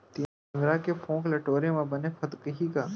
तिंवरा के फोंक ल टोरे म बने फदकही का?